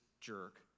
jerk